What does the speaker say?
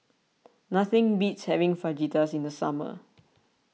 nothing beats having Fajitas in the summer